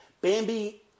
Bambi